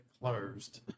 closed